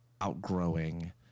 outgrowing